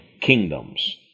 kingdoms